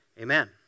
Amen